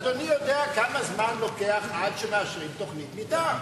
אדוני יודע כמה זמן לוקח עד שמאשרים תוכנית מיתאר.